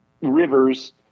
rivers